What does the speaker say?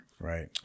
Right